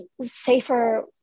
safer